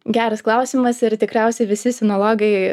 geras klausimas ir tikriausiai visi sinologai